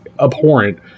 abhorrent